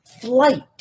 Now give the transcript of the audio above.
flight